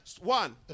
one